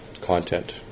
content